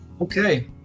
Okay